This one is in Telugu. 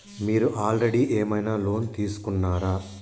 మీరు ఆల్రెడీ ఏమైనా లోన్ తీసుకున్నారా?